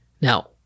Now